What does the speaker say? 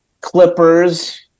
Clippers